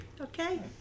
Okay